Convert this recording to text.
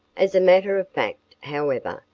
as a matter of fact, however,